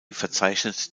verzeichnet